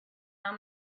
how